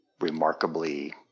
remarkably